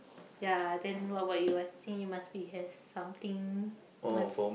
ya then what about you I think you must be have something must